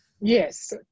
Yes